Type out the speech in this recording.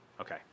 Okay